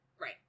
Right